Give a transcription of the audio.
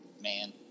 man